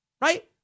right